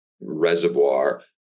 reservoir